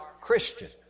Christian